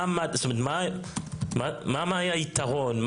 מה היה היתרון?